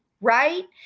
right